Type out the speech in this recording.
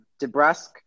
DeBrusque